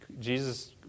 Jesus